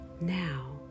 Now